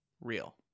Real